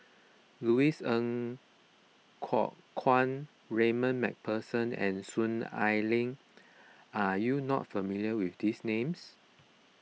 Louis Ng Kok Kwang MacPherson and Soon Ai Ling are you not familiar with these names